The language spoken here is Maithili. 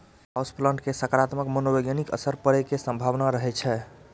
हाउस प्लांट के सकारात्मक मनोवैज्ञानिक असर पड़ै के संभावना रहै छै